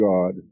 God